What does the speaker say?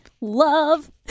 love